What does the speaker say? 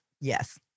Yes